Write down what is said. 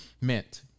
meant